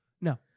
No